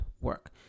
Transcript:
work